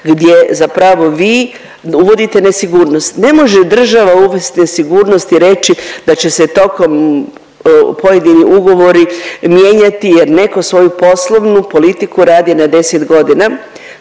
gdje zapravo vi uvodite nesigurnost. Ne može država uvesti nesigurnost i reći da će se tokom pojedini ugovori mijenjati jer neko svoju poslovnu politiku radi na 10 godina.